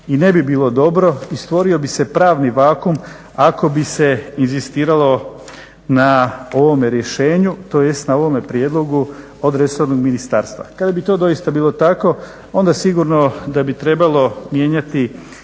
i ne bi bilo dobro i stvorio bi se pravni vakuum ako bi se inzistiralo na ovome rješenju, tj. na ovome prijedlogu od resornog ministarstva. Kada bi to doista bilo tako onda sigurno da bi trebalo mijenjati